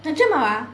நிஜமாவா:nijamaavaa